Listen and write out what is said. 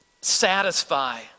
satisfy